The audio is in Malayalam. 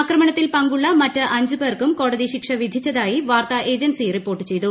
ആക്രമണത്തിൽ പങ്കുള്ള മറ്റ് അഞ്ച് പേർക്കും കോടതി ശിക്ഷ വിധിച്ചതായി വാർത്താ ഏജൻസി റിപ്പോർട്ട് ചെയ്തു